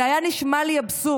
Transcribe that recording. זה היה נשמע לי אבסורד.